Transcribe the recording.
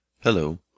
Hello